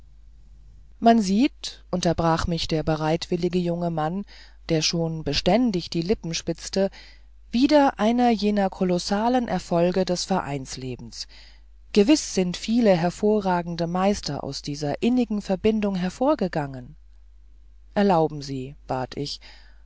man sieht unterbrach mich der bereitwillige junge mann der schon beständig die lippen spitzte wieder einer jener kolossalen erfolge des vereinslebens gewiß sind viele hervorragende meister aus dieser innigen verbindung hervorgegangen erlauben sie bat ich